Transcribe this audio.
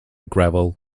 gravel